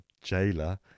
jailer